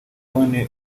yvonne